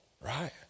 right